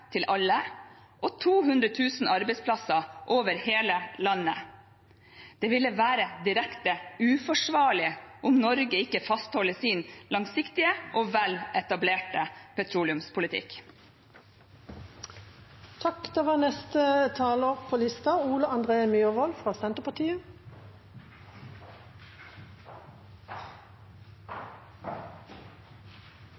til alle, og 200 000 arbeidsplasser over hele landet. Det ville være direkte uforsvarlig om Norge ikke fastholder sin langsiktige og veletablerte